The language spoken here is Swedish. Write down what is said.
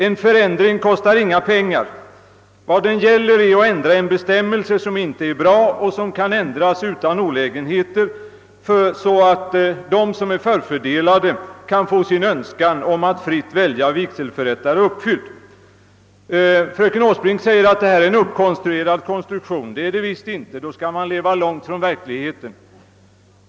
En förändring kostar inga pengar. Vad det gäller är att ändra en bestämmelse, som inte är bra och som kan ändras utan olägenheter, så att de som är förfördelade kan få sin önskan om att fritt välja vigselförrättare uppfylld. Fröken Åsbrink säger att detta är något uppkonstruerat. Det är det visst inte! För att påstå det skall man leva långt från verkligheten.